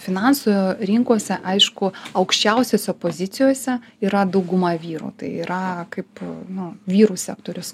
finansų rinkose aišku aukščiausiose pozicijose yra dauguma vyrų tai yra kaip nu vyrų sektorius